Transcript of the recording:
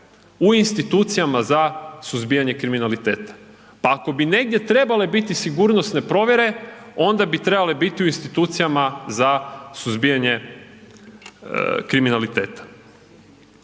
u institucijama za suzbijanje kriminaliteta? Pa ako bi negdje trebale biti sigurnosne provjere onda bi trebale biti u institucijama za suzbijanje kriminaliteta.